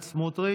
סמוטריץ'